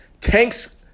Tank's